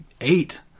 eight